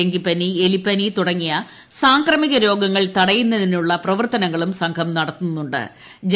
ഡെങ്കിപ്പനി എലിപ്പനി തുടങ്ങിയ സാംക്രമിക രോഗങ്ങൾ തടയുന്നതിനുള്ള പ്രവർത്തനങ്ങളും സംഘം നടത്തുന്നു ്